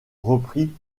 reprit